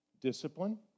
discipline